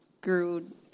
grew